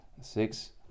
six